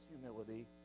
humility